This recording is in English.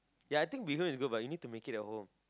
ya I think bee-hoon is good but you need to make it at home